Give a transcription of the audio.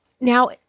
now